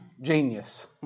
genius